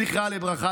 זכרה לברכה,